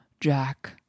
Jack